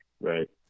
Right